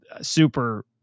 super